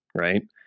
right